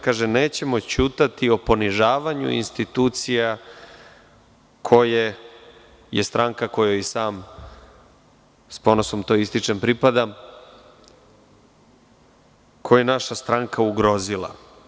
Kaže, nećemo ćutati o ponižavanju institucija koje je stranka kojoj i sam, s ponosom to ističem, i pripadam, koje je naša stranka ugrozila.